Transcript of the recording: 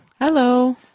Hello